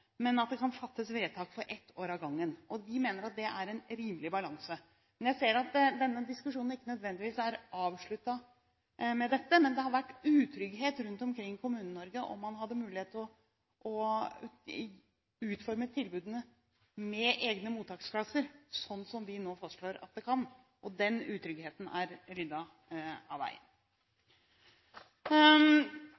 gangen. Vi mener at det er en rimelig balanse. Jeg ser at denne diskusjonen ikke nødvendigvis er avsluttet med dette, men det har vært utrygghet rundt omkring i Kommune-Norge om man hadde mulighet til å utforme tilbudene med egne mottaksklasser – sånn som vi nå fastslår at det kan – og den utryggheten er ryddet av veien.